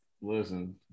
Listen